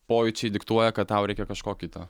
pojūčiai diktuoja kad tau reikia kažko kito